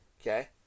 okay